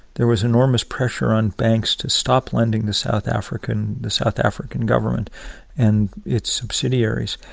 there was enormous pressure on banks to stop lending the south african the south african government and its subsidiaries,